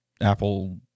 Apple